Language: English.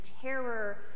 terror